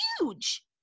huge